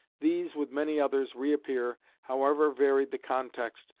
these, with many others, reappear, however varied the context,